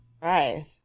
Right